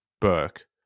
Burke